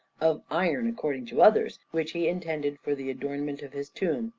of iron according to others, which he intended for the adornment of his tomb,